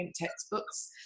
textbooks